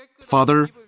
Father